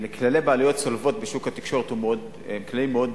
כללי בעלויות צולבות בשוק התקשורת הם כללים מאוד ברורים.